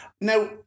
now